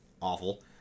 awful